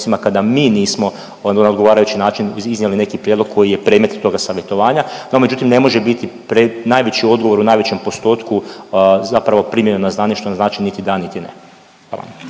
kada mi nismo na odgovarajući način iznijeli neki prijedlog koji je predmet toga savjetovanja. No međutim, ne može biti najveći odgovor u najvećem postotku zapravo primljeno na znanje što ne znači niti da, niti ne.